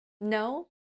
No